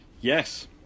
Yes